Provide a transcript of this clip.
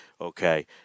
okay